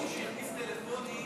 בלי שמות.